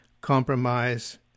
compromise